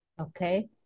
Okay